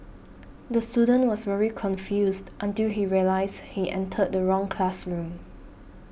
the student was very confused until he realised he entered the wrong classroom